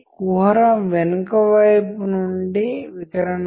మనము ఇంటర్ప్రెటేషన్ గురించి కొంత సమయం తర్వాత మాట్లాడదాం